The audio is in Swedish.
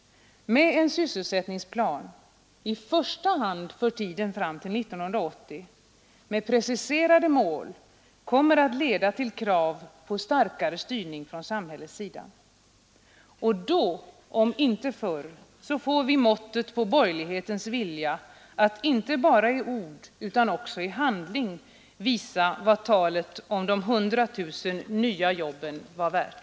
Men en sysselsättningsplan — i första hand för tiden fram till 1980 — med preciserade mål kommer att leda till krav på starkare styrning från samhällets sida. Då om inte förr får vi måttet på borgerlighetens vilja att inte bara i ord utan också i handling visa vad talet om de 100 000 nya jobben var värt.